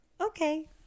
Okay